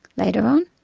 later on,